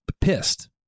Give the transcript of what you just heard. pissed